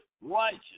righteous